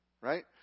right